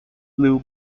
blue